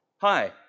Hi